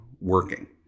working